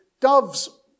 doves